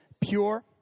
pure